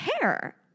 care